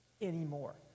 anymore